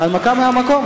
הנמקה מהמקום.